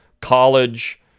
college